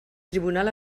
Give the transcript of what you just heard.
tribunal